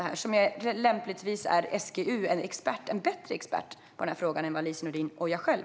Lämpligtvis bör man se det som att SGU är en bättre expert på den här frågan än Lise Nordin eller jag själv.